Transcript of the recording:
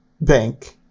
bank